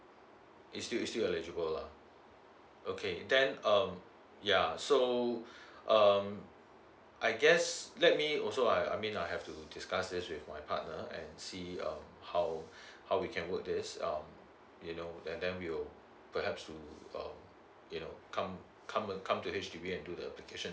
it's still it's still eligible lah okay then um yeah so um I guess let me also I I mean I have to discuss this with my partner and see uh how how we can work this um you know then then we will perhaps to uh you know come come uh come to H_D_B and do the application